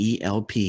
ELP